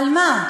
על מה?